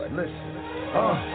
listen